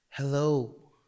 Hello